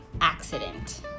accident